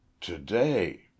Today